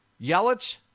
Yelich